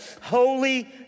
holy